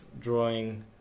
drawing